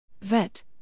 VET